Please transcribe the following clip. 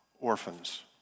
orphans